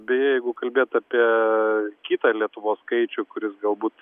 beje jeigu kalbėt apie kitą lietuvos skaičių kuris galbūt